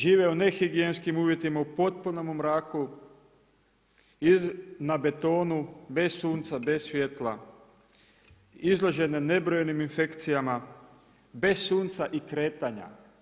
Žive u nehigijenskim uvjetima u potpunom mraku, na betonu, bez sunca, bez svjetla, izložene nebrojenim infekcijama, bez sunca i kretanja.